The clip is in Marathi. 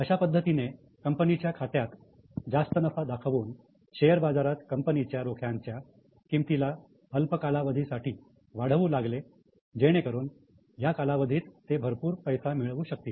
अशा पद्धतीने कंपनीच्या खात्यात जास्त नफा दाखवून शेअर बाजारात कंपनीच्या रोख्यांच्या किमतीला अल्प कालावधीसाठी वाढवू लागले जेणेकरून या कालावधीत ते भरपूर पैसे मिळवू शकतील